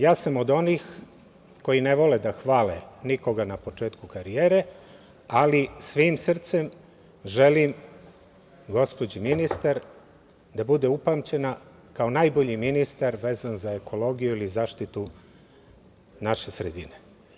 Ja sam od onih koji ne vole da hvale nikoga na početku karijere, ali svim srcem želim gospođi ministar da bude upamćena kao najbolji ministar vezan za ekologiju ili zaštitu naše sredine.